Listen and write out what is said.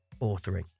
authoring